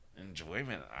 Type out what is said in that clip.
enjoyment